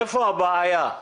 איפה הבעיה?